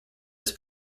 his